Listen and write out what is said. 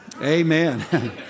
Amen